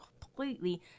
completely